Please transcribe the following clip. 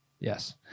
Yes